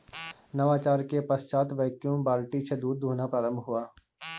नवाचार के पश्चात वैक्यूम बाल्टी से दूध दुहना प्रारंभ हुआ